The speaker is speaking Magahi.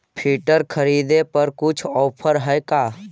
फिटर खरिदे पर कुछ औफर है का?